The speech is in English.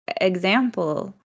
example